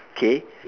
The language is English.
K